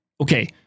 Okay